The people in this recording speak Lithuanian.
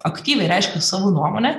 aktyviai reiškia savo nuomonę